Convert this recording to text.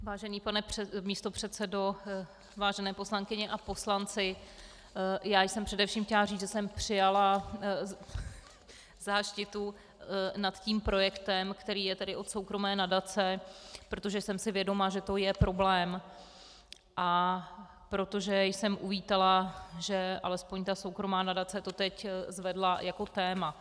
Vážený pane místopředsedo, vážené poslankyně a poslanci, především jsem chtěla říct, že jsem přijala záštitu nad tím projektem, který je tedy od soukromé nadace, protože jsem si vědoma, že to je problém, a protože jsem uvítala, že alespoň ta soukromá nadace to zvedla jako téma.